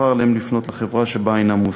שכר עליהם לפנות לחברה שבה הם מועסקים.